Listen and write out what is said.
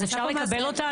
אפשר לקבל אותה?